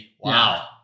Wow